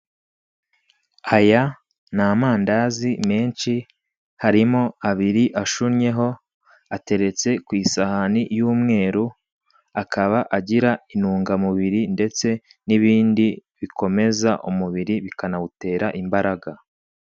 Aya ni amandazi menshi harimo abiri ashonyeho ateretse ku isahani y'umweru akaba agira intungamubiri ndetse n'ibindi bikomeza umubiri bikanawutera imbaraga.